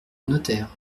notaire